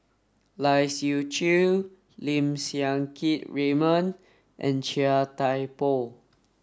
Lai Siu Chiu Lim Siang Keat Raymond and Chia Thye Poh